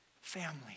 Family